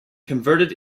converted